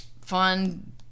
fun